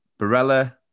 Barella